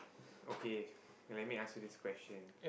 okay let me ask you this question